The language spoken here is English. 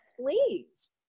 Please